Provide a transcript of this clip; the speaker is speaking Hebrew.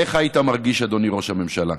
איך היית מרגיש, אדוני, ראש הממשלה?